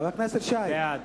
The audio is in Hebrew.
בעד